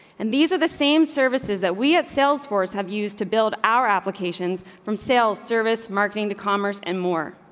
and these are the same service is that we at salesforce have used to build our applications from sales service marking the commerce and more.